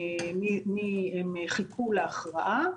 הם חיכו להכרעה,